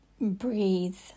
breathe